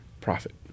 profit